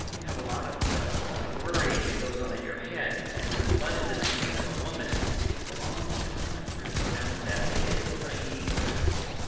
you have a lot of ah of worrying that goes on in your head. and when the blood is in the head of a woman, it takes a long time for it to go down to that little tiny clitoris